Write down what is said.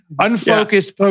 Unfocused